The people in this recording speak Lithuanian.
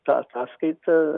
ta ataskaita